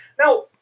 Now